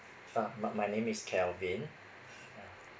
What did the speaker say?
uh my my name is calvin ya